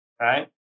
Right